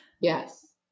Yes